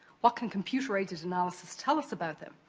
what can computerated analysis tell us about them?